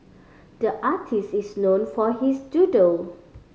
the artist is known for his doodle